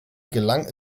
gelang